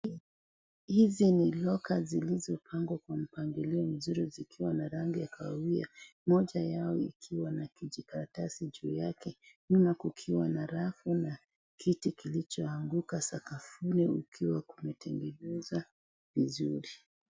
Hizi ni locker zilizopangwa kwa mpangilio mzuri zikiwa na rangi ya kahawia moja yao ikiwa na kijikaratasi juu yake, nyuma kukiwa na rafu na kiti kilicho anguka sakafuni kukiwa kumetengenezwa vizuri.